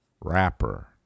rapper